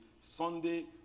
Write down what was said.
Sunday